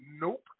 Nope